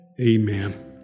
amen